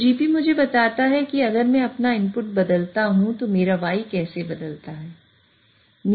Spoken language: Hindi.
तो Gp मुझे बताता है कि अगर मैं अपना इनपुट बदलता हूं तो मेरा y कैसे बदलता है